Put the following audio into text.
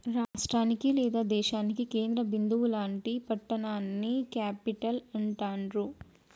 రాష్టానికి లేదా దేశానికి కేంద్ర బిందువు లాంటి పట్టణాన్ని క్యేపిటల్ అంటాండ్రు